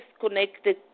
connected